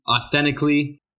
authentically